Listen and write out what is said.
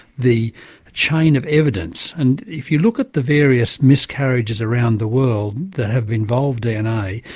the chain of evidence. and if you look at the various miscarriages around the world that have involved dna,